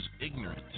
ignorant